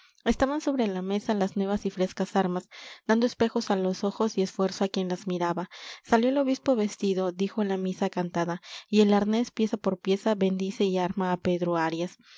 estaban sobre la mesa las nuevas y frescas armas dando espejos á los ojos y esfuerzo á quien las miraba salió el obispo vestido dijo la misa cantada y el arnés pieza por pieza bendice y arma á pedro arias